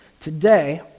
Today